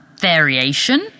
Variation